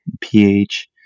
pH